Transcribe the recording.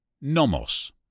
nomos